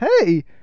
Hey